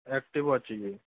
Activa चाहिए